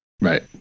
Right